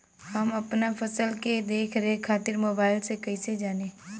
हम अपना फसल के देख रेख खातिर मोबाइल से कइसे जानी?